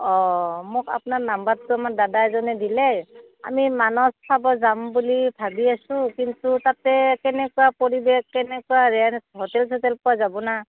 অঁ মোক আপোনাৰ নাম্বাৰটো আমাৰ দাদা এজনে দিলে আমি মানাহ চাব যাম বুলি ভাবি আছোঁ কিন্তু তাতে কেনেকুৱা পৰিৱেশ কেনেকুৱা ৰে'ট হোটেল চোটেল পোৱা যাব নে